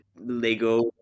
Lego